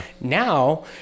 Now